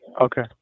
Okay